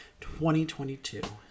2022